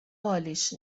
حالیش